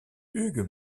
hugues